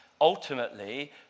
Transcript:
ultimately